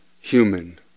human